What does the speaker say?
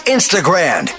Instagram